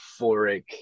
euphoric